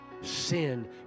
Sin